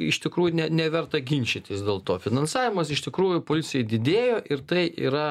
iš tikrųjų ne neverta ginčytis dėl to finansavimas iš tikrųjų policijai didėjo ir tai yra